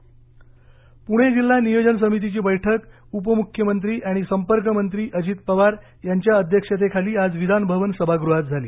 नियोजन समिती पुणे जिल्हा नियोजन समितीची बैठक उपमुख्यमंत्री आणि संपर्कमंत्री अजित पवार यांच्या अध्यक्षतेखाली आज विधानभवन सभागृहात झाली